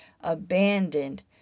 abandoned